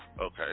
Okay